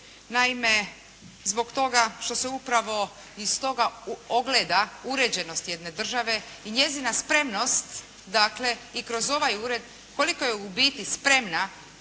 Naime, zbog toga što se upravo iz toga ogleda uređenost jedne države i njezina spremnost dakle i kroz ovaj ured koliko je u biti spremna